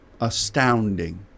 astounding